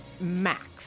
max